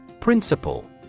Principle